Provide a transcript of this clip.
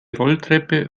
rolltreppe